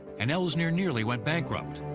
and elsener nearly went bankrupt.